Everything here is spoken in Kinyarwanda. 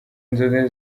inzoga